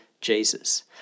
Jesus